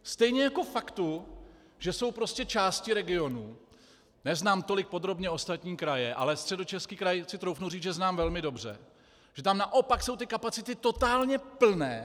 Stejně jako faktu, že jsou části regionu, neznám tolik podrobně ostatní kraje, ale Středočeský kraj si troufnu říct, že znám velmi dobře, že tam naopak jsou ty kapacity totálně plné.